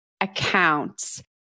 accounts